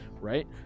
right